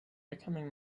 becoming